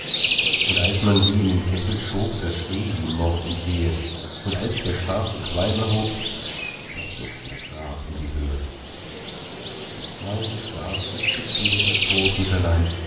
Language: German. und als man sie in den kessel schob da schrie sie mord und wehe und als sich der schwarze qualm erhob da flog sie als rab in die höhe mein schwarzes gefiedertes großmütterlein